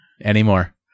anymore